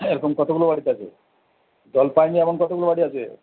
এরকম কতগুলো ওয়ার্ড আছে জল পায়নি এরকম কতগুলো ওয়ার্ড আছে